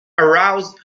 aroused